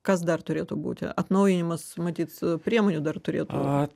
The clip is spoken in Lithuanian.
kas dar turėtų būti atnaujinimas matyt priemonių dar turėtų